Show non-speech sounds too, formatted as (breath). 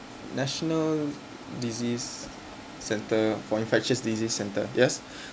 national disease center for infection disease center yes (breath)